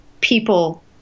people